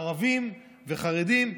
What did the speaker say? ערבים וחרדים.